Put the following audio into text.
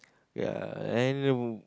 ya and the w~